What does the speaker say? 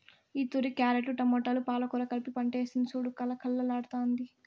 ఈతూరి క్యారెట్లు, టమోటాలు, పాలకూర కలిపి పంటేస్తిని సూడు కలకల్లాడ్తాండాది